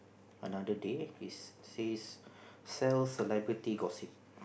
another day it's says sell celebrity gossip